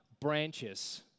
branches